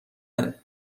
تره